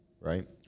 Right